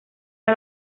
las